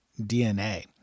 DNA